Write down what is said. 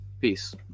Peace